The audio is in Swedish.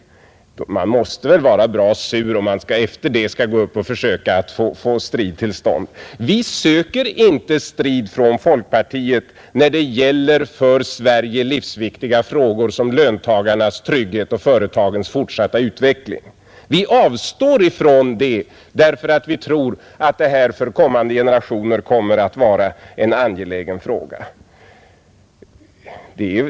Och man måste väl ändå vara bra sur, om man efter det går upp och försöker att få till stånd en strid! Vi från folkpartiet söker inte strid när det gäller för Sverige så livsviktiga frågor som löntagarnas trygghet och företagens fortsatta utveckling. Vi avstår från det, därför att vi tror att detta för kommande generationer kommer att vara en angelägen fråga.